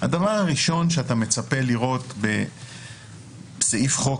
הדבר הראשון שאתה מצפה לראות בסעיף חוק